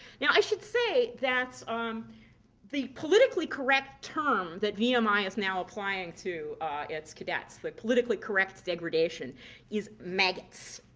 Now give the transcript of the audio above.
now i should say that um the politically correct term that vmi um is now applying to its cadets the politically correct degradation is maggots.